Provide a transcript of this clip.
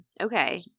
okay